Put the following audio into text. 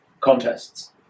contests